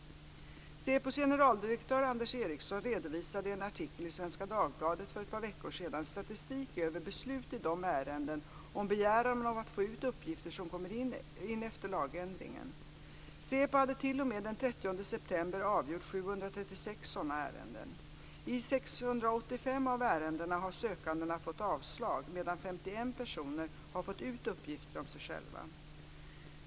SÄPO:s generaldirektör Anders Eriksson redovisade i en artikel i Svenska Dagbladet för ett par veckor sedan statistik över beslut i de ärenden om begäran om att få ut uppgifter som kommit in efter lagändringen. SÄPO hade t.o.m. den 30 september avgjort 736 sådana ärenden. I 685 av ärendena har sökanden fått avslag medan 51 personer har fått ut uppgifter om sig själva.